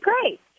great